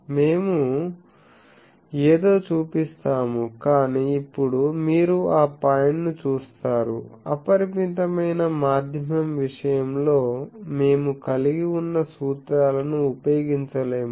మేము ఏదో చూపిస్తాము కాని ఇప్పుడు మీరు ఆ పాయింట్ను చూస్తారు అపరిమితమైన మాధ్యమం విషయంలో మేము కలిగి ఉన్న సూత్రాలను ఉపయోగించలేము